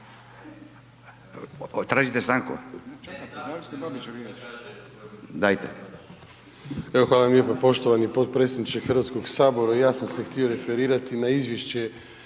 Tražite stanku? Dajte.